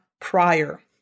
prior